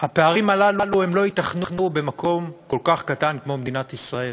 הפערים הללו לא ייתכנו במקום כל כך קטן כמו מדינת ישראל.